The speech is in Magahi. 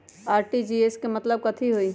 आर.टी.जी.एस के मतलब कथी होइ?